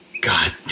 God